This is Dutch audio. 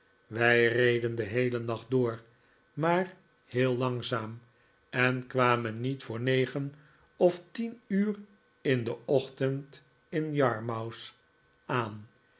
wij reden den heelen nacht door maar heel langzaam en kwamen niet voor negen of tien uur in den ochtend in yarmouth aan